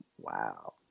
wow